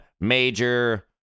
major